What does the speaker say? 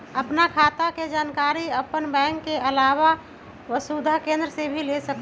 आपन खाता के जानकारी आपन बैंक के आलावा वसुधा केन्द्र से भी ले सकेलु?